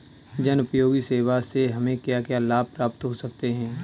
जनोपयोगी सेवा से हमें क्या क्या लाभ प्राप्त हो सकते हैं?